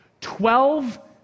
Twelve